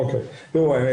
תראו,